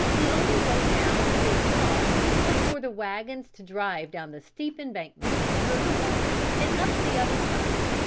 the only way now to get across was for the wagons to drive down the steep embankment, through the water and up the other side.